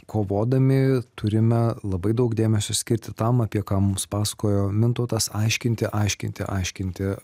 kovodami turime labai daug dėmesio skirti tam apie ką mums pasakojo mintautas aiškinti aiškinti aiškinti